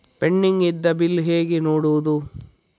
Pending ಇದ್ದ bill ಹೇಗೆ ನೋಡುವುದು?